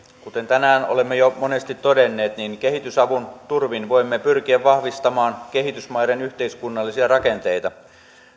kuten tänään olemme jo monesti todenneet kehitysavun turvin voimme pyrkiä vahvistamaan kehitysmaiden yhteiskunnallisia rakenteita